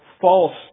false